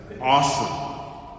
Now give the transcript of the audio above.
Awesome